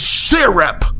syrup